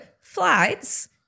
flights